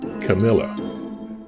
Camilla